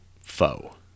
foe